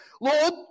Lord